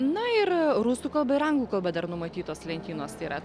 na ir rusų kalba ir anglų kalba dar numatytos lentynos yra